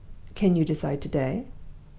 can you decide to-day?